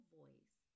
voice